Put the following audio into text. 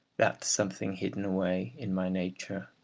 that something hidden away in my nature,